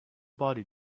body